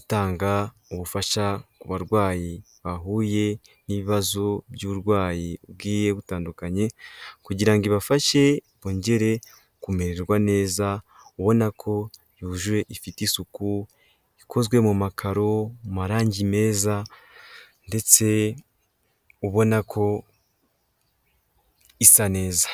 itanga ubufasha ki barwayi bahuye n'ibibazo by'uburwayi bugiye butandukanye, kugira ngo ibafashe bongere kumererwa neza ubona ko yuje ifite isuku, ikozwe mu makaro mu marangi meza ndetse ubona ko isa neza.